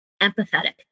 empathetic